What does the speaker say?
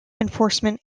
enforcement